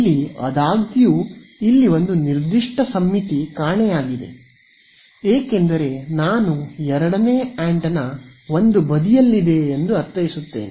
ಇಲ್ಲಿ ಆದಾಗ್ಯೂ ಇಲ್ಲಿ ಒಂದು ನಿರ್ದಿಷ್ಟ ಸಮ್ಮಿತಿ ಕಾಣೆಯಾಗಿದೆ ಏಕೆಂದರೆ ನಾನು ಎರಡನೆಯ ಆಂಟೆನಾ ಒಂದು ಬದಿಯಲ್ಲಿದೆ ಎಂದು ಅರ್ಥೈಸುತ್ತೇನೆ